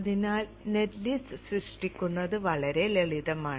അതിനാൽ net list സൃഷ്ടിക്കുന്നത് വളരെ ലളിതമാണ്